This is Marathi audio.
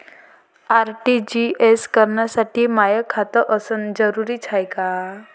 आर.टी.जी.एस करासाठी माय खात असनं जरुरीच हाय का?